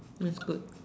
that's good